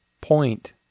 point